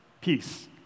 peace